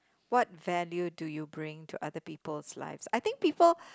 what value do you bring to other people's lives I think people